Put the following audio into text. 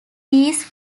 these